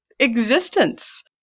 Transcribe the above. existence